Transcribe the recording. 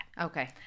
Okay